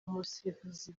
umusifuzi